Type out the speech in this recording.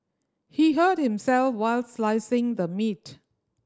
he hurt himself while slicing the meat